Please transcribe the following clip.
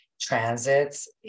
transits